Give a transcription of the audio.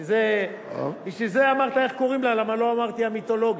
בשביל זה אמרת "איך קוראים לה" למה לא אמרתי "המיתולוגית".